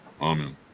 Amen